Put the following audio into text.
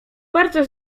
bardzo